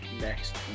next